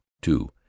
two